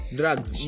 drugs